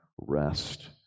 rest